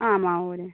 ആ മാവൂർ